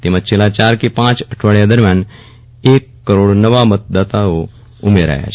તેમજ છેલ્લા ચાર કે પાંચ અઠવાડીયા દરમ્યાન એક કરોડ નવા મતદાતા ઉમેરાયા છે